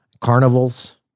Carnivals